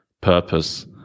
purpose